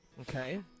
Okay